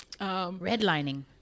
redlining